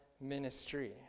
ministry